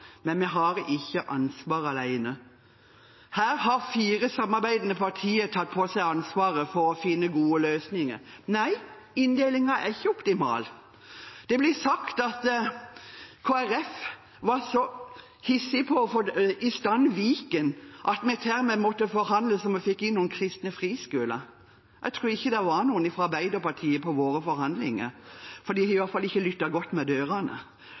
men vi har ikke ansvaret alene. Her har fire samarbeidende partier tatt på seg ansvaret for å finne gode løsninger. Nei, inndelingen er ikke optimal. Det blir sagt at Kristelig Folkeparti var så hissig på å få i stand Viken at vi til og med måtte forhandle så vi fikk inn noen kristne friskoler. Jeg tror ikke det var noen fra Arbeiderpartiet i våre forhandlinger. De har i hvert fall ikke lyttet godt ved dørene,